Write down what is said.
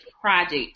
project